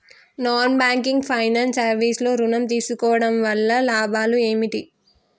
Non banking finance service లో ఋణం తీసుకోవడం వల్ల లాభాలు ఏమిటి?